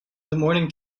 morning